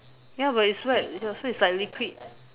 ya but it's wet ya so it's like liquid